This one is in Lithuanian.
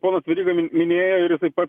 ponas veryga minėjo ir jisai pats